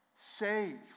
Save